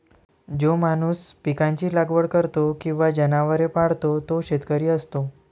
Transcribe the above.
जो माणूस पिकांची लागवड करतो किंवा जनावरे पाळतो तो शेतकरी असतो